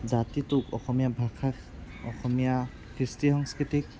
জাতিটোক অসমীয়া ভাষাক অসমীয়া কৃষ্টি সংস্কৃতিক